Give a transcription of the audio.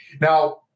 Now